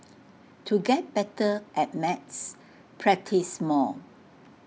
to get better at maths practise more